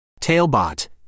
Tailbot